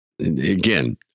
Again